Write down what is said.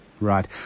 Right